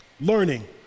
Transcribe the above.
learning